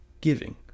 giving